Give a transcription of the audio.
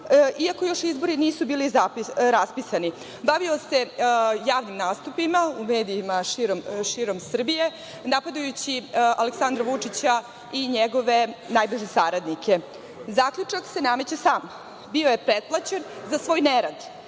iako još izbori nisu bili raspisani. Bavio se javnim nastupima u medijima širom Srbije, napadajući Aleksandra Vučića i njegove najbliže saradnike. Zaključak se nameće sam, bio je preplaćen za svoj nerad.